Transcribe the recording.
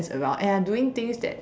around and are doing things that